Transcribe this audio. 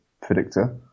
predictor